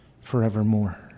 forevermore